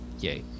Yay